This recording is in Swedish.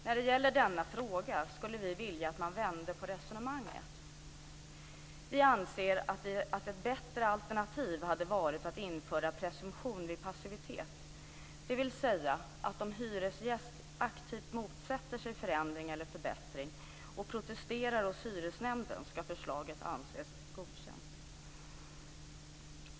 När det gäller denna fråga skulle vi vilja att man vände på resonemanget. Vi anser att ett bättre alternativ hade varit att införa presumtion vid passivitet, dvs. att om hyresgäst aktivt motsätter sig en förändring eller förbättring och protesterar hos hyresnämnden ska förslaget anses godkänt.